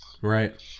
Right